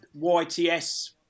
YTS